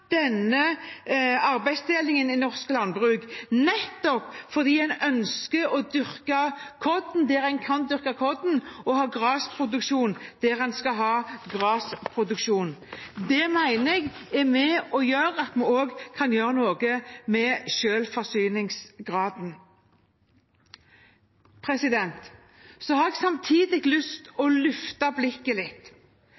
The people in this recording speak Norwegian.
denne arbeidsdelingen i norsk landbruk, nettopp fordi en ønsker å dyrke korn der en kan dyrke korn, og å ha gressproduksjon der en skal ha gressproduksjon. Det mener jeg også er med på å gjøre noe med selvforsyningsgraden. Samtidig har jeg lyst til å